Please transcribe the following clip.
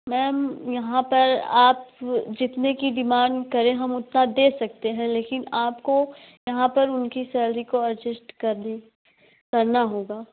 ma'am यहाँ पर आप जितने की डिमांड करें हम उतना दे सकते हैं लेकिन आपको यहाँ पर उनकी सैलरी को अर्जेस्ट कर दें करना होगा